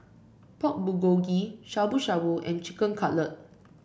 Pork Bulgogi Shabu Shabu and Chicken Cutlet